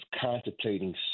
contemplating